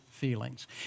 Feelings